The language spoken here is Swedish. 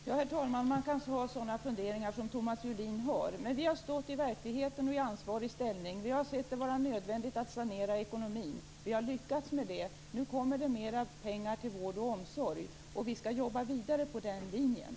Herr talman! Man kan ha sådana funderingar som Thomas Julin har. Vi har stått i verkligheten och befunnit oss i ansvarig ställning, och vi har sett det vara nödvändigt att sanera ekonomin. Vi har lyckats med det. Nu kommer det mer pengar till vård och omsorg, och vi skall jobba vidare på den linjen.